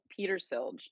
Petersilge